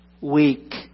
Weak